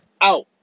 out